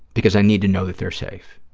because i need to know that they're safe.